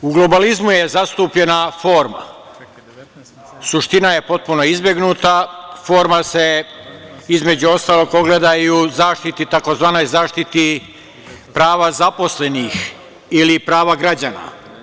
U globalizmu je zastupljena forma, suština je potpuno izbegnuta, forma se, između ostalog, ogleda i u tzv. zaštititi prava zaposlenih ili prava građana.